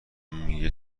میگه